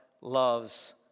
loves